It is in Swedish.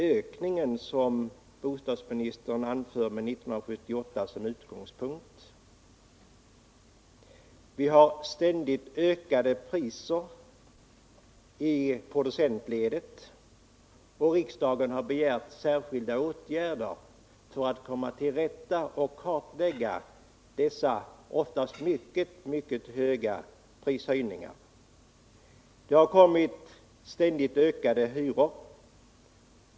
ökningen, med 1978 som utgångspunkt, som bostadsministern talar om. I producentledet stiger priserna ständigt, och riksdagen har begärt särskilda åtgärder för att kartlägga och komma till rätta med dessa oftast mycket stora prishöjningar. Hyrorna har ständigt ökat.